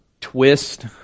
twist